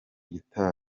gitari